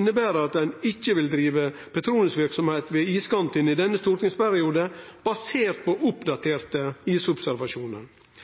inneber at ein ikkje vil drive petroleumsverksemd ved iskanten i denne stortingsperioden basert på oppdaterte isobservasjonar.